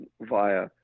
via